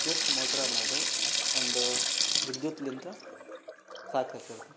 ವಿದ್ಯುತ್ ಮೋಟ್ರ್ ಅನ್ನೋದು ಒಂದು ವಿದ್ಯುತ್ಲಿಂದ ಸಾಕಾ